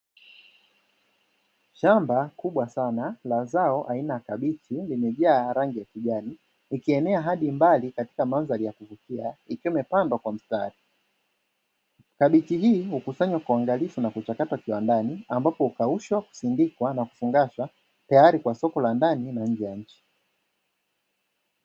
Shamba kubwa sana la zao aina ya kabichi, limejaa rangi ya kijani likienea hadi mbali katika mandhari ya kuvutia ikiwa imepandwa kwa mstari. Kabichi hii hukusanywa kwa ungalifu na kuchakatwa kiwandani ambapo husindikwa na kuanikwa kiwandani tayari kwa soko la nje.